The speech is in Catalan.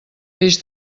peix